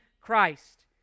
Christ